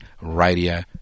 Radio